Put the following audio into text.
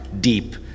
deep